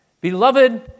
Beloved